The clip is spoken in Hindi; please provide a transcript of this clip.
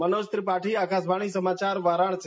मनोज त्रिपाठी आकाशवाणी समाचार वाराणसी